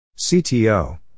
CTO